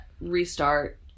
restart